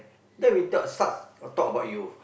no we talk such talk about you